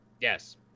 Yes